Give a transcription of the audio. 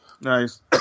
nice